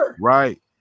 Right